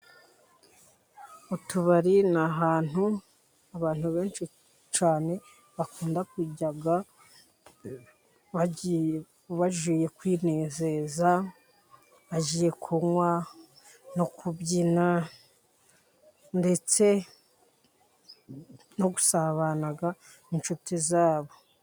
Utubari ni ahantu abantu benshi cyane bakunda kujya bagiye kwinezeza, bagiye kunywa, no kubyina ndetse no gusabana n'inshuti zabo.